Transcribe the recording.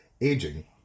Aging